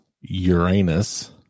Uranus